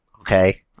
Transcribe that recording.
Okay